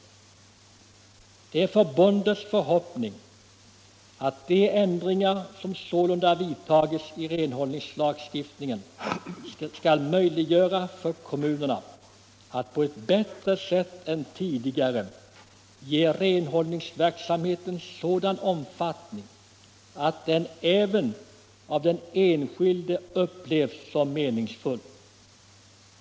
Det är förbundets förhoppning att de ändringar som sålunda vidtagits i renhållningslagstiftningen skall möjliggöra för kommunerna att på ett bättre sätt än tidigare ge renhållningsverksamheten sådan omfattning att den även av den enskilde upplevs som meningsfull.